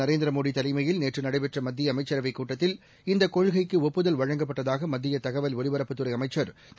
நரேந்திர மோடி தலைமையில் நேற்று நடைபெற்ற மத்திய அமைச்சரவைக் கூட்டத்தில் இந்த கொள்கைக்கு ஒப்புதல் வழங்கப்பட்டதாக மத்திய தகவல் ஒலிபரப்புத்துறை அமைச்சர் திரு